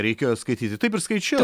reikėjo skaityti taip ir skaičiau